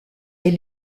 est